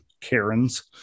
Karens